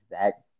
exact